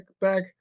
back